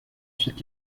ensuite